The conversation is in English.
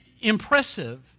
impressive